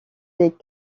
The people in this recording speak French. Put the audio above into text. des